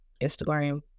Instagram